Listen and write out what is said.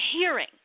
hearing